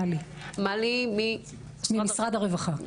מלי ממשרד הרווחה.